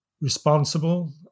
responsible